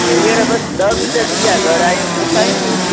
हींअर बसि ॾह मिंट थी विया घर आहे पहुता आहियूं नी